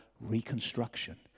reconstruction